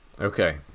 Okay